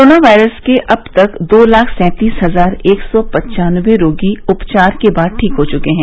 corona virus के अब तक दो लाख सैंतीस हजार एक सौ पन्चानबे रोगी उपचार के बाद ठीक हो चुके हैं